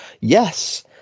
Yes